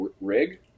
Rig